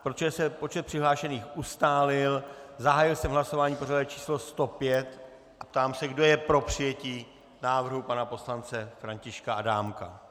Protože se počet přihlášených ustálil, zahájil jsem hlasování pořadové číslo 105 a ptám se, kdo je pro přijetí návrhu pana poslance Františka Adámka.